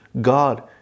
God